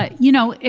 ah you know,